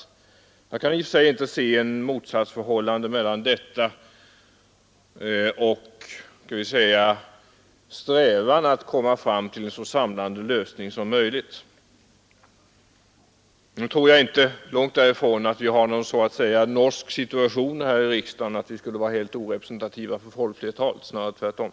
I och för sig kan jag dock inte se något motsatsförhållande mellan vilja till debatt och vår strävan att komma fram till en så samlande lösning som möjligt. Nu tror jag inte att vi har någon norsk situation här i riksdagen på så sätt att vi skulle vara orepresentativa för folkflertalet — snarare tvärtom.